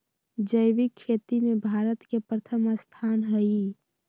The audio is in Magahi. जैविक खेती में भारत के प्रथम स्थान हई